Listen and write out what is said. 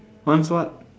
once what